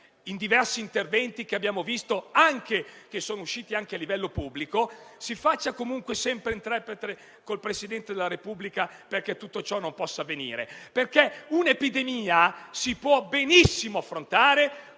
in diversi interventi che abbiamo ascoltato e che sono comparsi anche a livello pubblico. Si faccia, comunque, sempre interprete, col Presidente della Repubblica, perché tutto ciò non possa avvenire. Un'epidemia, infatti, si può benissimo affrontare